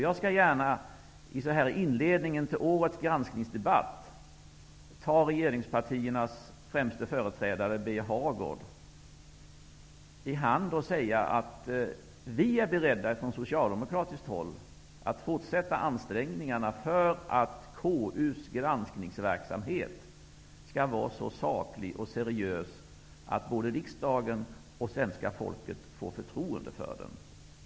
Jag skall gärna så här i inledningen till årets granskningsdebatt ta regeringspartiernas främste företrädare Birger Hagård i hand och säga att vi socialdemokrater är beredda att fortsätta ansträngningarna för att KU:s granskningsverksamhet skall vara så saklig och seriös att både riksdagen och svenska folket får förtroende för den.